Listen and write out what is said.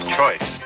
choice